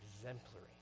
exemplary